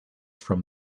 from